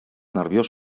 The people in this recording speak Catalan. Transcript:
nerviós